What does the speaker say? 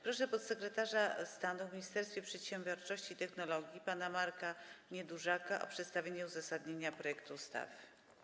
Proszę podsekretarza stanu w Ministerstwie Przedsiębiorczości i Technologii pana Marka Niedużaka o przedstawienie uzasadnienia projektu ustawy.